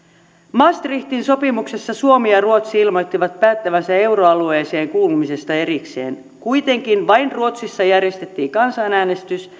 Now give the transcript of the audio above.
maastrichtin sopimuksessa suomi ja ruotsi ilmoittivat päättävänsä euroalueeseen kuulumisesta erikseen kuitenkin vain ruotsissa järjestettiin kansanäänestys